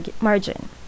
margin